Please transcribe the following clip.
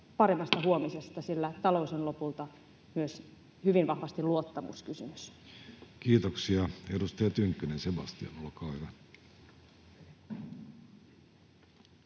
sillä talous on lopulta myös hyvin vahvasti luottamuskysymys. Kiitoksia. — Edustaja Tynkkynen, Sebastian, olkaa hyvä.